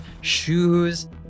shoes